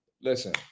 Listen